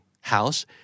house